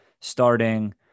starting